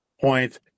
point